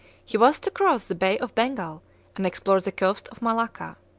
he was to cross the bay of bengal and explore the coast of malacca.